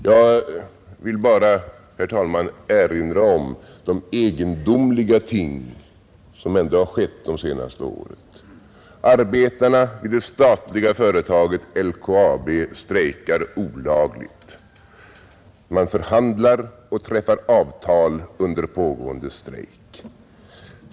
Jag vill bara, herr talman, erinra om de egendomliga ting som ändå har skett under det senaste året: Arbetarna i det statliga företaget LKAB strejkar olagligt. Man förhandlar och träffar avtal under pågående strejk.